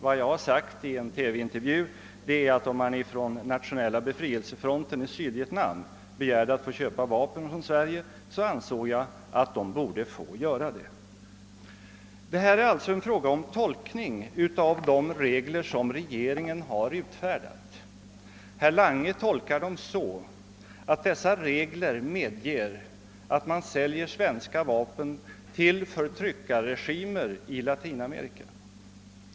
Vad jag sade i en TV-intervju var att om man från Nationella befrielsefronten i Sydvietnam begärde att få köpa vapen från Sverige ansåg jag att man borde få göra det. Vår diskussion här gäller tolkningen av de regler som regeringen har utfärdat. Herr Lange tolkar dem så, att de medger att vi säljer svenska vapen till förtryckarregimer i Latinamerika.